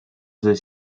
the